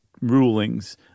rulings